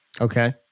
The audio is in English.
Okay